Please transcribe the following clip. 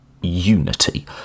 unity